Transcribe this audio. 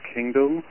Kingdom